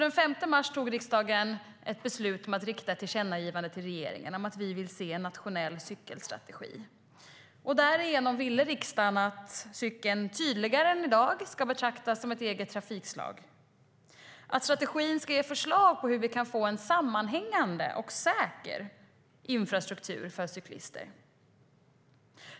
Den 5 mars tog riksdagen beslut om att rikta ett tillkännagivande till regeringen om att vi vill se en nationell cykelstrategi. Därigenom ville riksdagen att cykeln tydligare än i dag ska betraktas som ett eget trafikslag. Strategin ska ge förslag på hur vi kan få en sammanhängande och säker infrastruktur för cyklister.